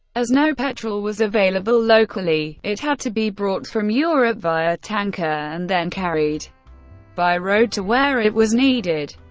as no petrol was available locally it had to be brought from europe via tanker and then carried by road to where it was needed.